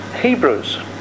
Hebrews